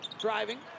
Driving